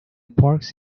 parks